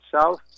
south